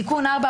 תיקון 4,